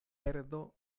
perdo